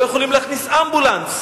לא יכולים להכניס אמבולנס.